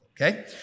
okay